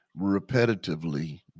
repetitively